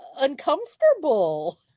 uncomfortable